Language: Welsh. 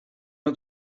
mae